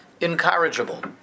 incorrigible